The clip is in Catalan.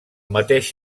mateix